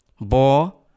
Bo